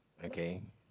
okay